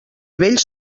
vells